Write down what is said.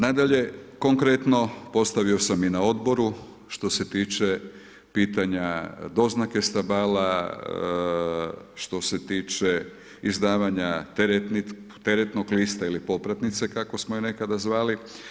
Nadalje konkretno postavio sam i na odboru što se tiče pitanja doznake stabala, što se tiče izdavanja teretnog lista ili popratnice kako smo je nekada zvali.